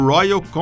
Royal